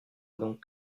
donc